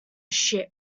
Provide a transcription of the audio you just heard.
ship